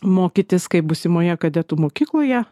mokytis kaip būsimoje kadetų mokykloje